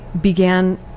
began